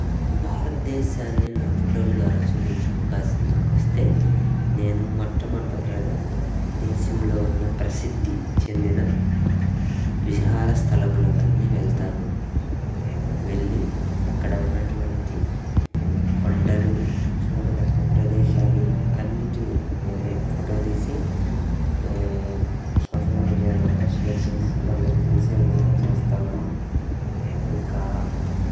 భారతదేశాన్ని నా ఫోటోలు ద్వారా చూపించే అవకాశం నాకు వస్తే నేను మొట్టమొదటిగా దేశంలో ఉన్న ప్రసిద్ధి చెందిన విహార స్థలములకు అన్నీ వెళ్తాను వెళ్ళి అక్కడ ఉన్నటువంటి కొండలు చూడదగ్గ ప్రదేశాలు అన్నింటిని నేను ఫోటో తీసి సోషల్ మీడియాల ద్వారా షేర్ చేసి అందరికి తెలిసే విధంగా చేస్తాను ఇంకా